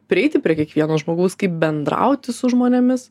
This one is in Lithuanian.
prieiti prie kiekvieno žmogaus kaip bendrauti su žmonėmis